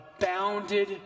abounded